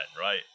right